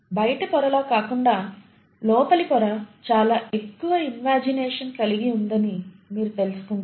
బయటి పొరలా కాకుండా లోపలి పొర చాలా ఎక్కువ ఇన్వాజినేషన్ కలిగి ఉందని మీరు తెలుసుకుంటారు